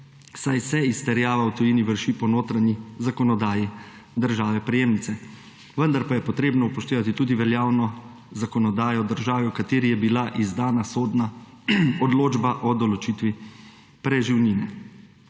saj se izterjava v tujini vrši po notranji zakonodaji države prejemnice, vendar pa je potrebno upoštevati tudi veljavno zakonodajo države, v kateri je bila izdana sodna odločba o določitvi preživnine.